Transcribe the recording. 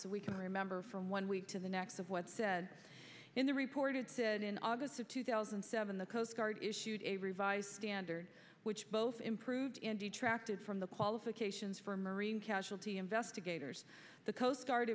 so we can remember from one week to the next of what's said in the reported said in august of two thousand and seven the coast guard issued a revised standard which both improved in detracted from the qualifications for marine casualty investigators the coast